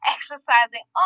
Exercising